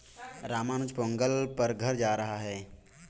रामानुज पोंगल पर घर जा रहा है